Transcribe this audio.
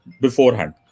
beforehand